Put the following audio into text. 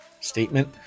statement